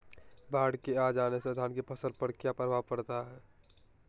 बाढ़ के आ जाने से धान की फसल पर किया प्रभाव पड़ता है?